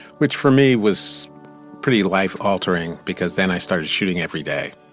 which for me was pretty life altering because then i started shooting every day